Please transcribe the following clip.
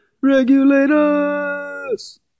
Regulators